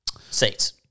seats